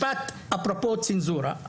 אפרופו צנזורה,